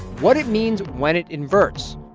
what it means when it inverts,